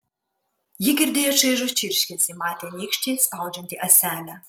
ji girdėjo čaižų čirškesį matė nykštį spaudžiantį ąselę